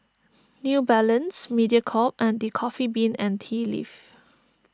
New Balance Mediacorp and the Coffee Bean and Tea Leaf